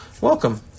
welcome